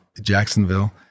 Jacksonville